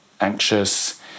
anxious